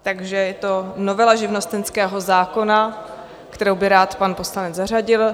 Takže je to novela živnostenského zákona, kterou by rád pan poslanec zařadil.